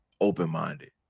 open-minded